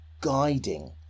guiding